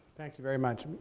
thank you very much.